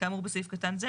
כאמור בסעיף קטן זה,